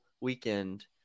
weekend